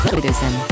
Citizen